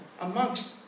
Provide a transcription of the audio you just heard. amongst